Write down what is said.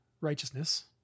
righteousness